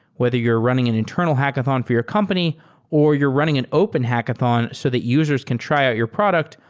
whether you're running an internal hackathon for your company or you're running an open hackathon so that users can try out your product,